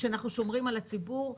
כשאנחנו שומרים על הציבור.